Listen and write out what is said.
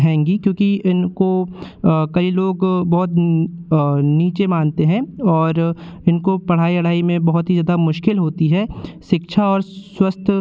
हैंगी क्योंकि इनको कई लोग बहुत नीचे मानते हैं और इनको पढ़ाई अढ़ाई में बहुत ही ज़्यादा मुश्किल होती है शिक्षा और स्वास्थ्य